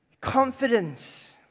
confidence